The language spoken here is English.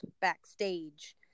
backstage